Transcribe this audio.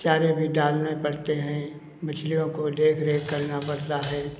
चारे भी डालने पड़ते हैं मछलियों को देख रेख करना पड़ता है